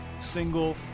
single